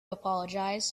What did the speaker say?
apologize